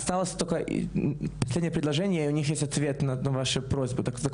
יש אצלנו אנשים גם בני 106 שנולדו ב-1917 ואנחנו רק רוצים לתת